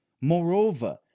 Moreover